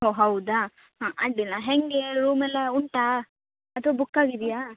ಓ ಹೌದಾ ಹಾಂ ಅಡ್ಡಿಲ್ಲ ಹೇಗೆ ರೂಮ್ ಎಲ್ಲ ಉಂಟಾ ಅಥವಾ ಬುಕ್ ಆಗಿದೆಯಾ